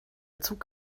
zug